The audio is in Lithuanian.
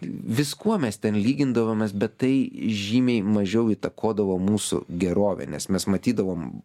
viskuo mes ten lygindavomės bet tai žymiai mažiau įtakodavo mūsų gerovę nes mes matydavom